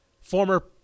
former